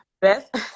Best